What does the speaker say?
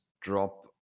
drop